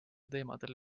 teemadel